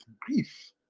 grief